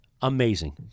Amazing